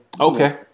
Okay